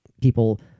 people